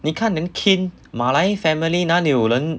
你看能填马来 family 哪里有人